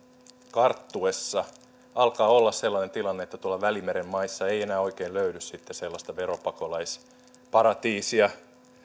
karttuessa alkaa olla sellainen tilanne että tuolla välimeren maissa ei enää oikein löydy sitten sellaista veropakolaisparatiisia